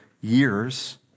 years